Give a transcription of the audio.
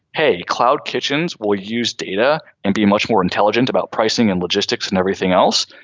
hey, cloud kitchens will use data and be much more intelligent about pricing and logistics and everything else.